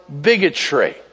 bigotry